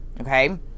Okay